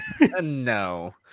No